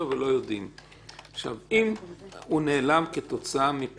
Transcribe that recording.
אני מרשה לעצמי להגיד את זה כארגון שעוסק